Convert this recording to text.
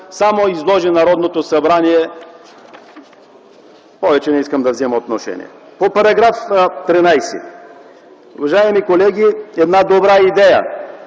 само изложи Народното събрание. Повече не искам да вземам отношение по това. По § 13, уважаеми колеги, това е една добра идея.